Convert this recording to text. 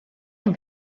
yng